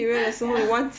批评了 ya